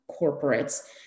corporates